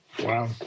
wow